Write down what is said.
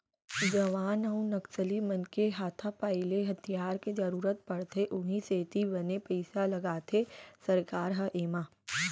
जवान अउ नक्सली मन के हाथापाई ले हथियार के जरुरत पड़थे उहीं सेती बने पइसा लगाथे सरकार ह एमा